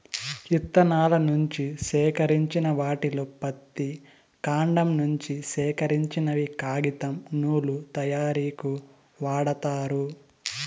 ఇత్తనాల నుంచి సేకరించిన వాటిలో పత్తి, కాండం నుంచి సేకరించినవి కాగితం, నూలు తయారీకు వాడతారు